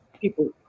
people